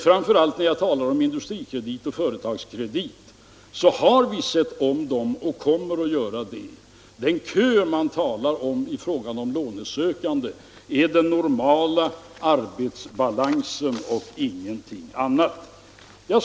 Framför allt Industrikredit och Företagskredit har vi sett om och kommer att göra def. Den kö av lånesökande som man talar om är den normala arbetsbalansen och ingenting annat.